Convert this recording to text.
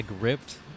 ripped